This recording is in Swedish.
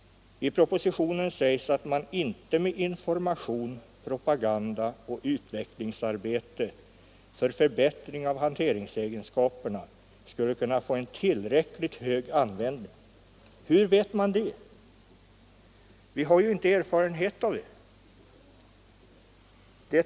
I propositionen sägs att man inte enbart med information, propaganda och utvecklingsarbete för förbättring av hanteringsegenskaperna skulle kunna åstadkomma en tillräckligt hög användning. Hur vet man det? Vi har ju inte erfarenhet av det.